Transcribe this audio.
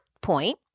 point